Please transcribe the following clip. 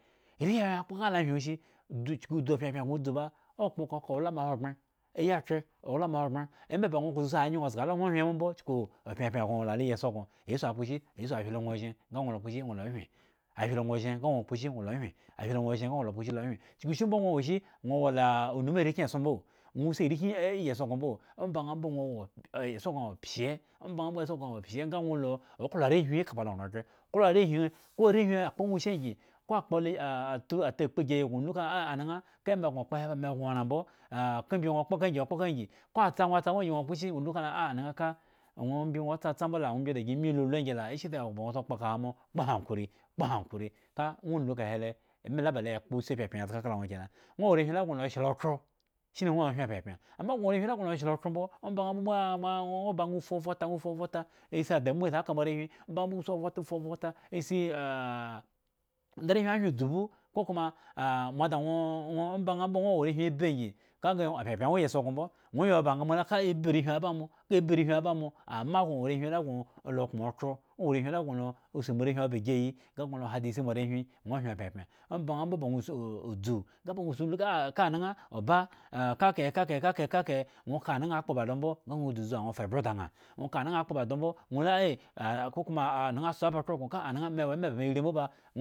Arehwi akpo ka ŋha la hyen ozhen dzu chuku dzu opyapyan gŋo dzuba owlama ahogbren ayiakhre owlama ahogbren ema ba ŋwo ka sa si anyeŋha ozga la ŋwo hyen ombo chuku opyapyan gŋo wola lo maiyieson gŋo iyesu akposhi? Iyesu ahyle ŋwo ozhen, nga la kposhi? Wo la ohyen, ahyle ŋwoozhen, nga ŋwo la kposhi? Ŋwo la ohyen, ahyle ŋwo ozhen nga la kposhi? Ŋwo la ohyen, ahyle ŋwo ozhen nga ŋwo la kposhi? Ŋwo la ohyen, chukushimbo ŋwo wo shi ŋwo wo la unumo arekyin eson mbo, ŋwo si arekyin iyi eson gŋo mbo, omba ŋha mbo ŋwo wo eson gŋo awo pshye, omba ŋha mbo eson gŋo awo pshye nga ŋwo la oklo arehwin kaba loran oghre, klo arehwin, ko arehwin akpo ŋwo shi angyi ko akpo le takpu igeyi gŋo lu ka ŋha ah amaŋha ka ema gŋo kpo he me gŋo oranmbo ah ka imbi ŋwo kpo kahe angyi, kpo kahe angyi ko atsa ŋwo kpo kahe angyi, kpo kahe angyi ko atsa ŋwo kpo kahe angyi, kpo kahe angyi ko atsa ŋwo atsa mbo angyi, ŋwo kpo shi? O lu ka ŋha anaŋha aŋwo imbi ŋwo tsatsa mbo la, ŋwo imbi dagi ŋyuŋ lulu angyi la ishi sa ewo ba ŋwo kpo kahe amo, kpo hakuri kpo hankuri, ka ŋwo ulu kahe le, ema la ba lo kpo si pyapyan zga ka ŋwo kena, ŋwo wo arehwin la ba ŋwo la o shla okhro shine ŋwo ya kyen pyapyan ambo ŋwo wo arehwin la ba ŋwo la oshla okhro mbo ŋwo ba ŋwo ba fuvhrota, fuvhro ta lo asi adamuwa ka moarehwin, ba ŋwo ba fuovhrota fuobhrota ta lo siah, da arehwin hyen udzubhu kokoma mo ada ŋwo ŋwo omba ŋha mbo ŋwo wo arehwin abi angyi kage opyapyan wo iyieson gŋo mbo ŋwo ya ba nga mola ka abi arehi ana mo, ka bi arehi aba mo, ama ogŋo woarehwi la gŋo ola okpŋa okhro ŋwo wo arehwin la osi moarehwin ba igiayi nga gŋo la hada isi moarehwin toh ŋwo hyen pyapyan, omba ŋha mbo ba ŋwo sa udzu nga ba ŋwo sa lu la ka anaŋha oba ka ekahe ka ekahe ka ekahe ŋwo ka anaŋha kpo ba do mbo nga ŋwo dzu bzu ŋha ŋwo fa ebwe da ŋha, ŋwo ka anaŋha kpo ba do mbo ŋwo la eh kokoma anaŋha kso ba okhro gŋo me wo ema ba me ya rii mbo ba.